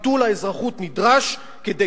ביטול האזרחות נדרש כדי,